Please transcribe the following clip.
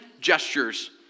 gestures